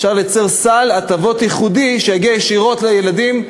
אפשר לייצר סל הטבות ייחודי שיגיע ישירות לילדים.